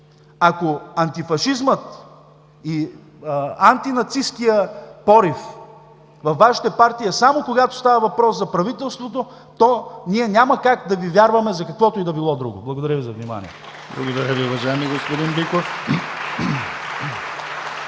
Ако антифашизмът и антинацисткият порив във Вашата партия е само когато става въпрос за правителството, то ние няма как да Ви вярваме за каквото и да било друго. Благодаря Ви за вниманието.